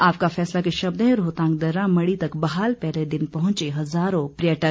आपका फैसला के शब्द हैं रोहतांग दर्रा मढ़ी तक बहाल पहले दिन पहंचे हजारों पर्यटक